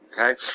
Okay